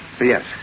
Yes